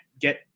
get